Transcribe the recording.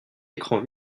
écran